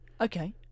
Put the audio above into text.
Okay